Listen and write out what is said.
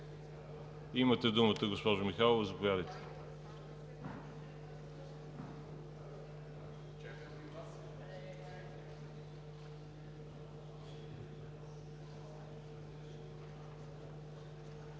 Имате думата, госпожо Михайлова, заповядайте.